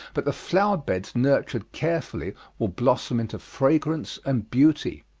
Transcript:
but the flower-beds nurtured carefully will blossom into fragrance and beauty.